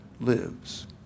lives